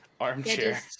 armchair